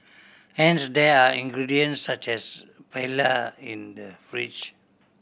hence there are ingredients such as paella in the fridge